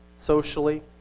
socially